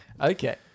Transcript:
Okay